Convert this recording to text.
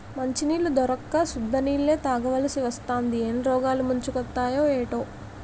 మంచినీళ్లు దొరక్క సుద్ద నీళ్ళే తాగాలిసివత్తాంది ఏం రోగాలు ముంచుకొత్తయే ఏటో